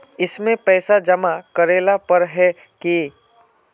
इसमें पैसा जमा करेला पर है की?